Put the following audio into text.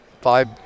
five